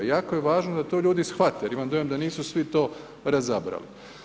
Jako je važno da to ljudi shvate jer imam dojam da nisu svi to razabrali.